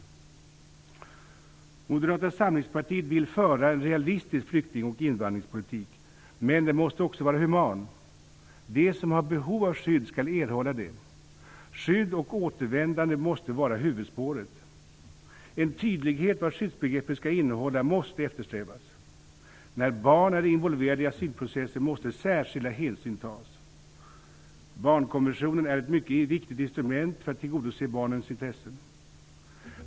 Moderata samlingspartiet vill föra en realistisk flykting och invandringspolitik, men den måste också vara human. De som har behov av skydd skall erhålla det. Skydd och återvändande måste vara huvudspåret. En tydlighet om vad skyddsbegreppet skall innehålla måste eftersträvas. När barn är involverade i asylprocessen måste särskilda hänsyn tas. Barnkonventionen är ett mycket viktigt instrument för att tillgodose barnens intressen.